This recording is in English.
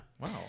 Wow